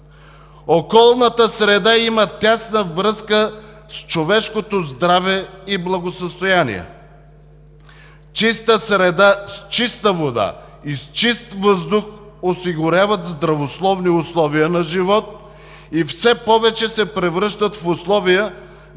Околната среда има тясна връзка с човешкото здраве и благосъстояние, чиста среда, с чиста вода и чист въздух осигуряват здравословни условия на живот и все повече се превръщат в условия,